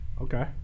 Okay